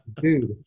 dude